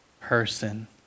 person